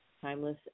Timeless